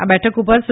આ બેઠક ઉપર સુ